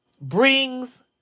brings